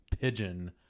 pigeon